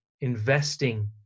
investing